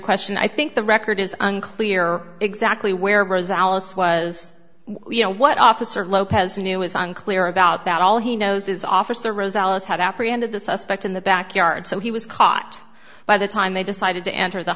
question i think the record is unclear exactly where brazil alice was you know what officer lopez knew was unclear about that all he knows is officer rosellas had apprehended the suspect in the backyard so he was caught by the time they decided to enter the